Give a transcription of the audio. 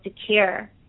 secure